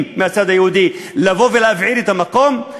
מהצד היהודי לבוא ולהבעיר את המקום,